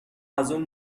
ازاون